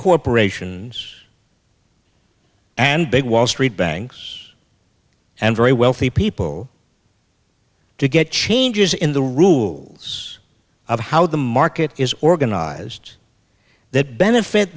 corporations and big wall street banks and very wealthy people to get changes in the rules of how the market is organized that benefit